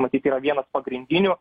matyt yra vienas pagrindinių